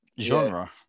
genre